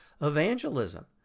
evangelism